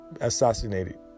assassinated